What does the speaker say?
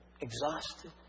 exhausted